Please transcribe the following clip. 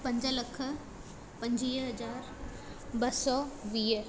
पंज लख पंजुवीह हज़ार ॿ सौ वीह